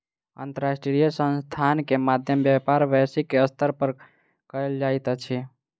अंतर्राष्ट्रीय संस्थान के मध्य व्यापार वैश्विक स्तर पर कयल जाइत अछि